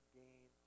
gain